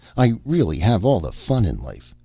i really have all the fun in life.